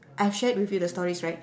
I've shared with you the stories right